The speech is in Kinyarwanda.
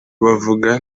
bavuga